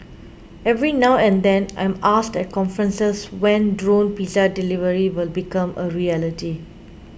every now and then I am asked at conferences when drone pizza delivery will become a reality